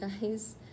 guys